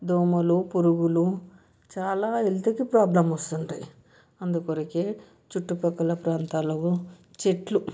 దోమలు పురుగులు చాలా హెల్త్కి ప్రాబ్లం వస్తుంది అందుకొరకే చుట్టుపక్కల ప్రాంతాలలో చెట్లు